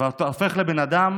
ואתה הופך לבן אדם